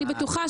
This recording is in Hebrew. אני בטוחה